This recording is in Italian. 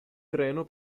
treno